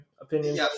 opinions